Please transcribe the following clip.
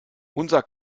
unser